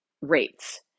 rates